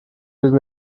würde